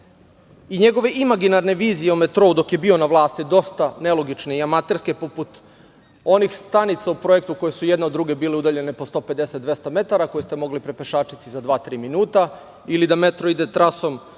i njegove imaginarne vizije o metrou dok je bio na vlasti, dosta nelogične i amaterske, poput onih stanica u projektu koje su jedna od druge bile udaljene po 150, 200 metara, koje ste mogli prepešačiti za dva, tri minuta ili da metro ide trasom